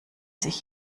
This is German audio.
sich